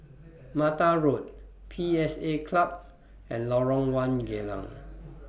Mata Road P S A Club and Lorong one Geylang